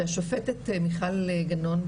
שהשופטת מיכל גנון,